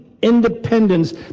independence